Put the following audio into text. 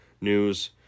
news